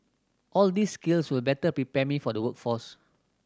all these skills will better prepare me for the workforce